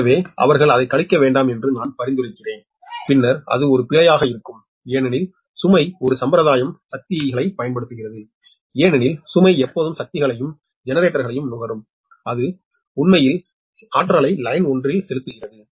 எனவே அவர்கள் அதைக் கழிக்க வேண்டாம் என்று நான் பரிந்துரைக்கிறேன் பின்னர் அது ஒரு பிழையாக இருக்கும் ஏனெனில் சுமை ஒரு சம்பரதாயம் சக்திகளைப் பயன்படுத்துகிறது ஏனெனில் சுமை எப்போதும் சக்தியையும் ஜெனரேட்டரையும் நுகரும் அது உண்மையில் சக்தியை லைன் ல் செலுத்துகிறது